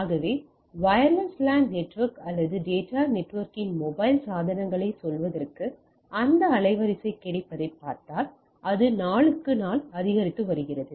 ஆகவே wireless LAN network அல்லது data நெட்வொர்க்கில் மொபைல் சாதனங்களைச் சொல்வதற்கு அந்த அலைவரிசை கிடைப்பதைப் பார்த்தால் அது நாளுக்கு நாள் அதிகரித்து வருகிறது